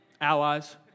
allies